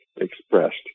expressed